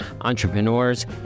entrepreneurs